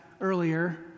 earlier